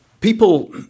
people